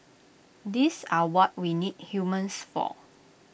these are what we need humans for